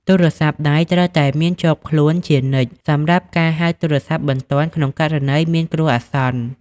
ទូរស័ព្ទដៃ ត្រូវតែមានជាប់ខ្លួនជានិច្ចសម្រាប់ការហៅទូរស័ព្ទបន្ទាន់ក្នុងករណីមានគ្រោះអាសន្ន។